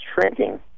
shrinking